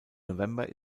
november